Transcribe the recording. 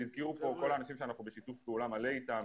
והזכירו פה כל האנשים שאנחנו בשיתוף פעולה מלא איתם,